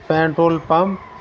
petrol pump